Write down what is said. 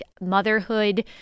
Motherhood